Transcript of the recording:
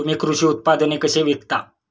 तुम्ही कृषी उत्पादने कशी विकता?